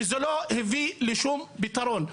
וזה לא הביא לשום פתרון.